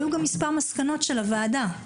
היו גם מספר מסקנות של הוועדה.